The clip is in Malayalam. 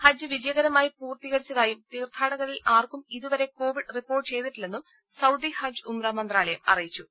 ഹജ്ജ് വിജയകരമായി പൂർത്തീകരിച്ചതായും തീർത്ഥാടകരിൽ ആർക്കും ഇതുവരെ കോവിഡ് റിപ്പോർട്ട് ചെയ്തിട്ടില്ലെന്നും സൌദി ഹജ്ജ് ഉംറ മന്ത്രാലയം അറിയിച്ചു